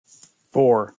four